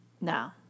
No